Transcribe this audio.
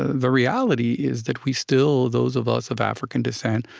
the reality is that we still, those of us of african descent,